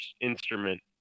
instrument